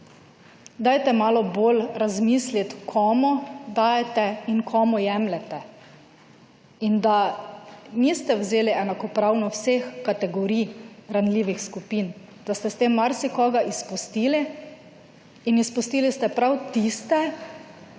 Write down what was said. dajte malce bolj razmisliti, komu dajete in komu jemljete. Da niste vzeli enakopravno vseh kategorij ranljivih skupin, da ste s tem marsikoga izpustili in izpustili ste prav tiste,